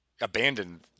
abandoned